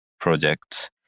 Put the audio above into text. projects